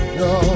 no